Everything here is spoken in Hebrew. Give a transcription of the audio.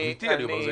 אמיתי אני אומר.